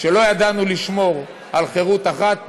כשלא ידענו לשמור על חירות אחת,